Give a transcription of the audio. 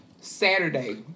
Saturday